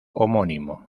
homónimo